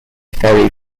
ferry